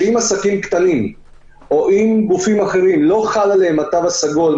שאם עסקים קטנים או אם גופים אחרים לא חל עליהם התו הסגול,